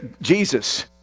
jesus